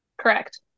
correct